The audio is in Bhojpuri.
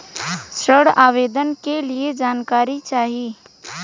ऋण आवेदन के लिए जानकारी चाही?